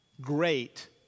great